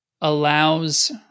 allows